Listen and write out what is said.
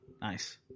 Nice